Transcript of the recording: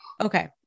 Okay